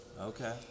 Okay